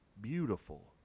beautiful